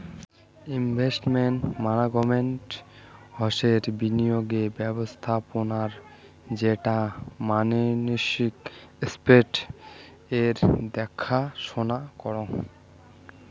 investment management হসে বিনিয়োগের ব্যবস্থাপোনা যেটো মানসি এস্সেটস এর দ্যাখা সোনা করাং